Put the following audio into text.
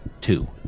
two